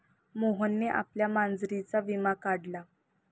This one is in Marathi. मोहनने आपल्या मांजरीचा विमा काढला